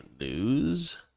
News